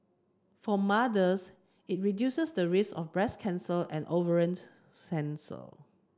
for mothers it reduces the risk of breast cancer and ovarian